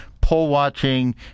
poll-watching